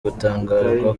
gutangazwa